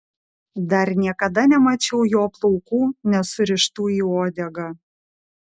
dar niekada nemačiau jo plaukų nesurištų į uodegą